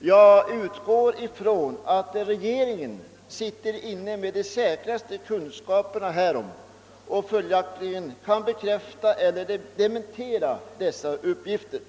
Jag utgår från att regeringen sitter inne med de säkraste kunskaperna härom och följaktligen kan bekräfta eller dementera uppgifterna.